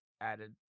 added